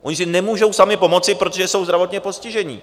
Oni si nemůžou sami pomoci, protože jsou zdravotně postižení.